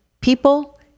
people